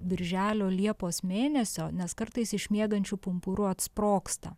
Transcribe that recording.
birželio liepos mėnesio nes kartais iš miegančių pumpurų atsprogsta